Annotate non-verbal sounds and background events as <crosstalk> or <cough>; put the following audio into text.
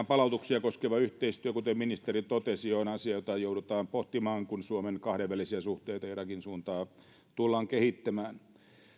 <unintelligible> palautuksia koskeva yhteistyö kuten ministeri totesi on asia jota joudutaan pohtimaan kun suomen kahdenvälisiä suhteita irakin suuntaan tullaan kehittämään